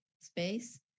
space